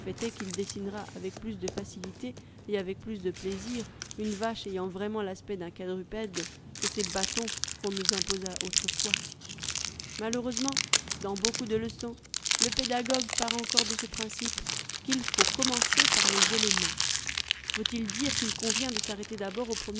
qu'il dessinera avec plus de facilité et avec plus de plaisir une vache ayant vraiment l'aspect d'un quadrupède que ces bâtons qu'on nous imposa autrefois malheureusement dans beaucoup de leçons le pédagogue part encore de ce principe qu faut commencer par les éléments veut-il dire qu'il convient de s'arrêter d'abord